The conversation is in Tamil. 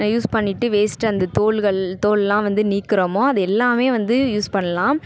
யூஸ் பண்ணிட்டு வேஸ்ட்டு அந்த தோல்கள் தோலெலாம் வந்து நீக்குகிறோமோ அது எல்லாமே வந்து யூஸ் பண்ணலாம்